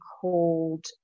called